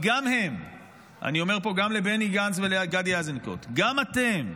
אני אומר פה גם לבני גנץ ולגדי איזנקוט: גם אתם,